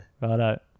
Righto